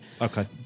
Okay